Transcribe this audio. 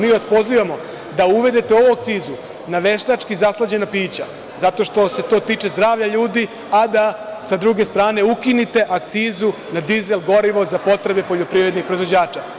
Mi vas pozivamo da uvedete ovu akcizu na veštački zaslađena pića zato što se to tiče zdravlja ljudi, a da sa druge strane ukinete akcizu na dizel gorivo za potrebe poljoprivrednih proizvođača.